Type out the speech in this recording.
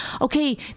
okay